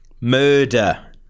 Murder